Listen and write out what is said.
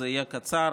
זה יהיה קצר.